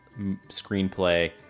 screenplay